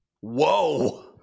Whoa